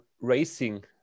racing